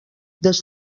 des